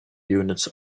units